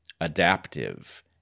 adaptive